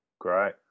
great